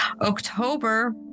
October